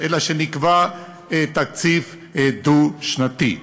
אלא נקבע תקציב דו-שנתי.